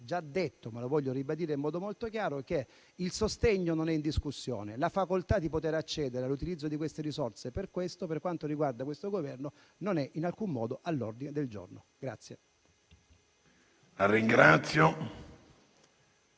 già detto - ma lo voglio ribadire in modo molto chiaro - che il sostegno non è in discussione. La facoltà di accedere all'utilizzo di quelle risorse a tale scopo, per quanto riguarda questo Governo, non è in alcun modo all'ordine del giorno. PRESIDENTE.